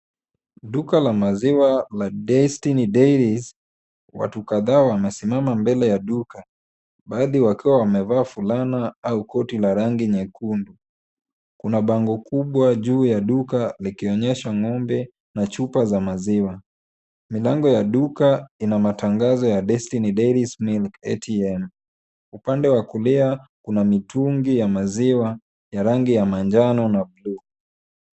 Duka la maziwa la Destiny Dairies, watu kadhaa wamesimama mbele ya duka. Baadhi wakiwa wamevaa fulana au koti la rangi nyekundu. Kuna bango kubwa juu ya duka, likionyesha ng'ombe na chupa za maziwa. Milango ya duka ina matangazo ya Destiny Dairies milk ATM . Upande wa kulia, kuna mitungi ya maziwa ya rangi ya manjano na bluu.